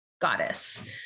goddess